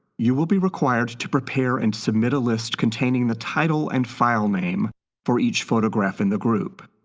you will be required to prepare and submit a list containing the title and file name for each photograph in the group.